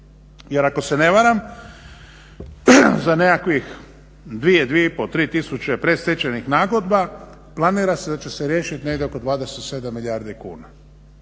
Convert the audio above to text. jer ako se ne varam za nekakvih dvije, dvije i pol, tri tisuće predstečajnih nagodba planira se da će se riješiti negdje oko 27 milijardi kuna.